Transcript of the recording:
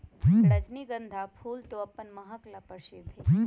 रजनीगंधा फूल तो अपन महक ला प्रसिद्ध हई